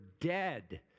dead